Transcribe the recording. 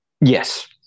yes